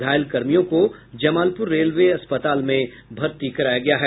घायल कर्मियों को जमालपुर रेल अस्पताल में भर्ती कराया गया है